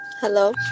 Hello